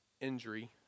injury